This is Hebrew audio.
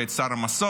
ואת שר המסורת,